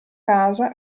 casa